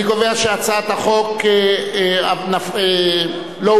אני קובע שהצעת החוק לא אושרה.